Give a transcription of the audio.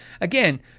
again